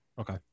Okay